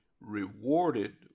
rewarded